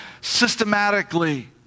systematically